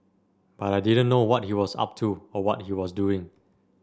but I didn't know what he was up to or what he was doing